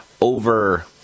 over